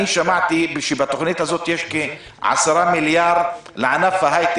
שמעתי שבתוכנית הזאת יש כ-10 מיליארד שקל לענף ההייטק,